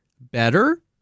better